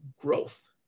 growth